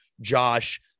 Josh